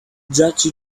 judge